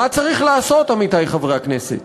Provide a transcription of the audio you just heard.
מה צריך לעשות, עמיתי חברי הכנסת?